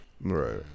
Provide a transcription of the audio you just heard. Right